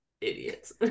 idiots